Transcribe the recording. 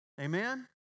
Amen